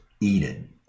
Eden